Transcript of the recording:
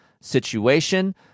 situation